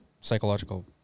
psychological